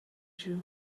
jew